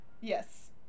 Yes